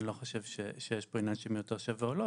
אני לא חושב שיש עניין של מי יותר שווה או לא.